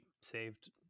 saved